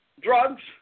drugs